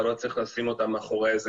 אתה לא צריך לשים אותם מאחורי איזה